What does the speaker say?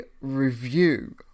review